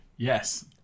Yes